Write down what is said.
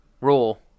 rule